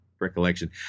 recollection